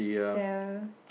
sell